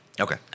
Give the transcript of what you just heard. Okay